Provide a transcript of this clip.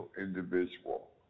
individual